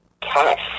tough